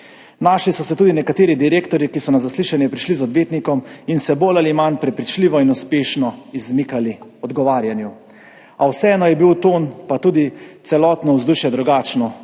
Našli so se tudi nekateri direktorji, ki so na zaslišanje prišli z odvetnikom in se bolj ali manj prepričljivo in uspešno izmikali odgovarjanju, a vseeno je bil ton, pa tudi celotno vzdušje, drugačno.